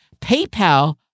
PayPal